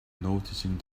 noticing